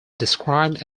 described